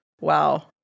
wow